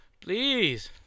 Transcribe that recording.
Please